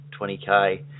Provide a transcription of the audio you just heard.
20k